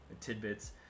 tidbits